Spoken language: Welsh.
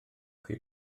chi